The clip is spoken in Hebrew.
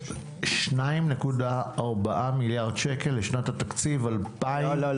2.4 מיליארד שקל לשנת התקציב --- לא,